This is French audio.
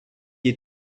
est